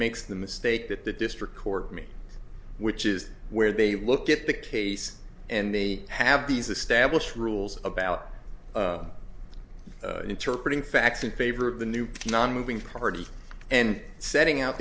makes the mistake that the district court me which is where they look at the case and they have these established rules about interpret in facts in favor of the new nonmoving parties and setting